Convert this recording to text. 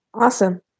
Awesome